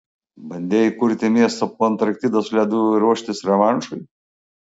bandei įkurti miestą po antarktidos ledu ir ruoštis revanšui